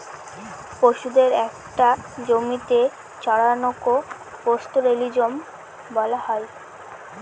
পশুদের একটা জমিতে চড়ানোকে পাস্তোরেলিজম বলা হয়